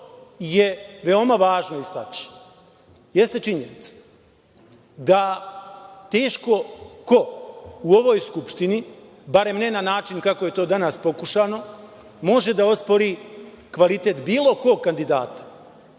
je veoma važno istaći jeste činjenica da teško ko u ovoj Skupštini, barem na način kako je to danas pokušano, može da ospori kvalitet bilo kog kandidata